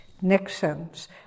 Nixon's